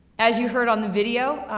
as you heard on the video,